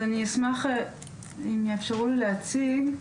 אשמח אם יאפשרו לי להציג.